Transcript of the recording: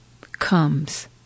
comes